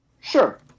Sure